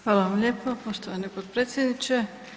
Hvala vam lijepo poštovani potpredsjedniče.